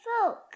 folk